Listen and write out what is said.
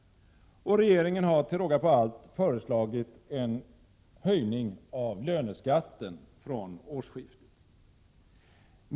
Och regeringen har till råga på allt föreslagit en höjning av löneskatten från årsskiftet.